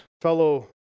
fellow